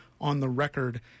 on-the-record